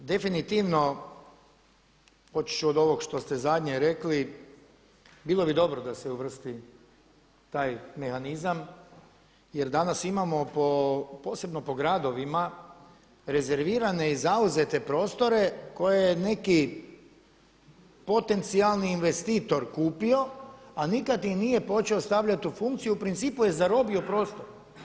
Definitivno počevši od ovog što ste zadnje rekli, bilo bi dobro da se uvrsti taj mehanizam jer danas imamo po posebno po gradovima rezervirane i zauzete prostore koje neki potencijalni investitor kupio a nikad ih nije počeo stavljati u funkciju, u principu je zarobio prostor.